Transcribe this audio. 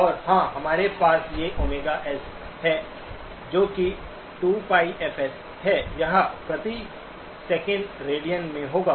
और हां हमारे पास ये ΩS हैं जो कि 2πfs हैं यह प्रति सेकंड रेडियन में होगा